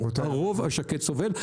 הרוב השקט סובל.